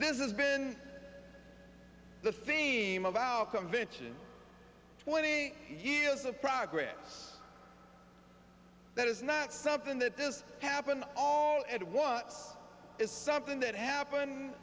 this is been the theme of our conviction twenty years of progress that is not something that this happened all at once is something that happen